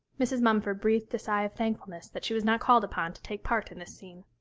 mrs. mumford breathed a sigh of thankfulness that she was not called upon to take part in this scene.